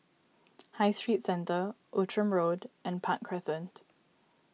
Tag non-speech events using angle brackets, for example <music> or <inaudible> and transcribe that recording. <noise> High Street Centre Outram Road and Park Crescent